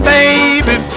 baby